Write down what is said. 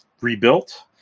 rebuilt